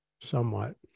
somewhat